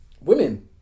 Women